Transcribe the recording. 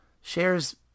shares